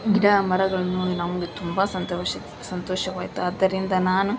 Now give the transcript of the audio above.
ಗಿಡ ಮರಗಳು ನೋಡಿ ನಮಗೆ ತುಂಬ ಸಂತೋಷ ಸಂತೋಷವಾಯಿತು ಆದ್ದರಿಂದ ನಾನು